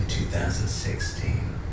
2016